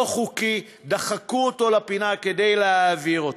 לא חוקי, דחקו אותו לפינה כדי להעביר אותו.